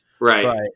Right